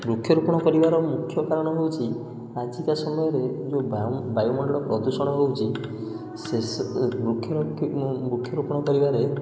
ବୃକ୍ଷରୋପଣ କରିବାର ମୁଖ୍ୟ କାରଣ ହେଉଛି ଆଜିକା ସମୟରେ ଯେଉଁ ବାୟୁମଣ୍ଡଳ ପ୍ରଦୂଷଣ ହେଉଛି ସେ ସବୁ ବୃକ୍ଷ ବୃକ୍ଷରୋପଣ କରିବାରେ